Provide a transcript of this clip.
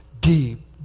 deep